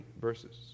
verses